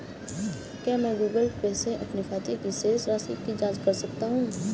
क्या मैं Google Pay से अपने खाते की शेष राशि की जाँच कर सकता हूँ?